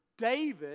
David